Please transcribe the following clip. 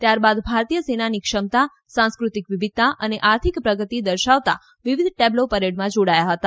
ત્યારબાદ ભારતીય સેનાની ક્ષમતા સાંસ્કૃતિક વિવિધતા અને આર્થિક પ્રગતિ દર્શાવતા વિવિધ ટેબ્લો પરેડમાં જોડાયા હતા